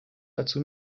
dazu